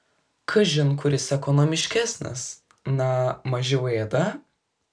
kažin kuris ekonomiškesnis na mažiau ėda